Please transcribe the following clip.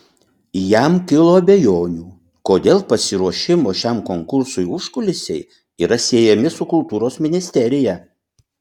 jam kilo abejonių kodėl pasiruošimo šiam konkursui užkulisiai yra siejami su kultūros ministerija